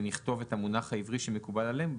ונכתוב את המונח העברי שמונח עליהם,